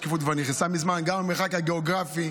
השקיפות כבר נכנסה מזמן, גם המרחק הגיאוגרפי.